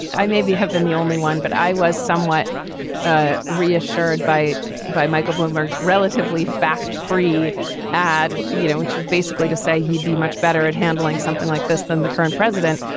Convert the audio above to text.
i maybe have been the only one, but i was somewhat ah reassured by by michael bloomberg's relatively fact free ad, you know, which is basically to say he'd be much better at handling something like this than the current president.